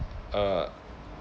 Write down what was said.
uh